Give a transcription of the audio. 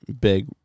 Big